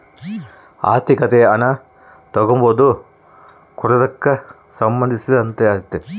ಆರ್ಥಿಕತೆ ಹಣ ತಗಂಬದು ಕೊಡದಕ್ಕ ಸಂದಂಧಿಸಿರ್ತಾತೆ